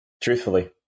Truthfully